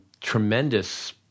tremendous